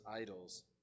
idols